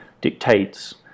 dictates